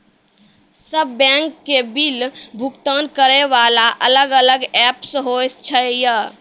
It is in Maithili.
सब बैंक के बिल भुगतान करे वाला अलग अलग ऐप्स होय छै यो?